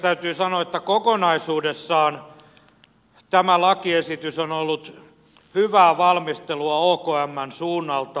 täytyy sanoa että kokonaisuudessaan tämä lakiesitys on ollut hyvää valmistelua okmn suunnalta